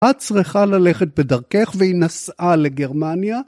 את צריכה ללכת בדרכך והיא נסעה לגרמניה?